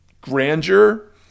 grandeur